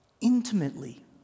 intimately